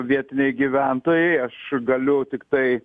vietiniai gyventojai aš galiu tiktai